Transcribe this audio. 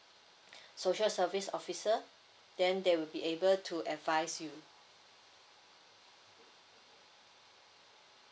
social service officer then they will be able to advise you